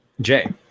Jay